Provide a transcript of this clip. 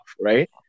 right